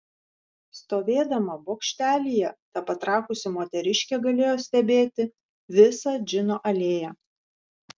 stovėdama bokštelyje ta patrakusi moteriškė galėjo stebėti visą džino alėją